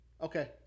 Okay